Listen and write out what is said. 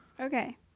Okay